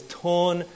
torn